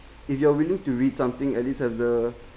if you are willing to read something at least have the